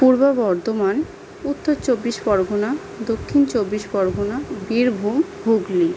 Purba Bardhaman Uttar Chabbish Pargana Dakshin Chabbish Pargana Birbhum Hooghly